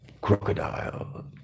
crocodile